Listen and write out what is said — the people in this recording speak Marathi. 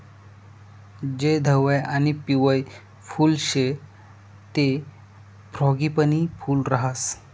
जे धवयं आणि पिवयं फुल शे ते फ्रॉगीपनी फूल राहास